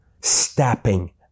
stepping